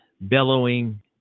bellowing